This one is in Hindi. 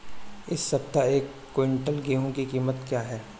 इस सप्ताह एक क्विंटल गेहूँ की कीमत क्या है?